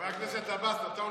אתה רוצה סוכריה,